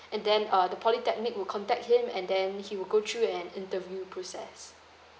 and then uh the polytechnic will contact him and then he will go through an interview process